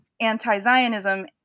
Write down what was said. anti-Zionism